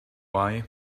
why